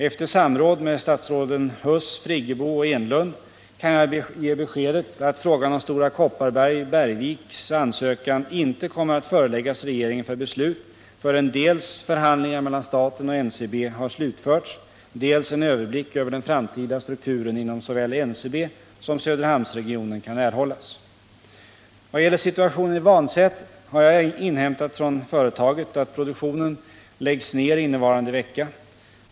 Efter samråd med statsråden Huss, Friggebo och Enlund kan jag ge beskedet att frågan om Stora Kopparberg-Bergviks ansökan inte kommer att föreläggas regeringen för beslut förrän dels förhandlingarna mellan staten och NCB har slutförts, dels en överblick över den framtida strukturen inom såväl NCB som Söderhamnsregionen kan erhållas. Vad gäller situationen i Vannsäter har jag inhämtat från företaget att produktionen läggs ner innevarande vecka.